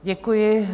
Děkuji.